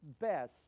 best